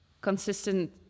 consistent